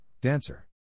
Dancer